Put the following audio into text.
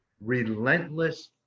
relentless